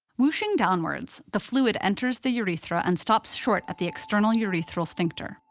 whooshing downwards, the fluid enters the urethra and stops short at the external urethral sphincter.